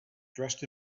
dressed